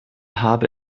habe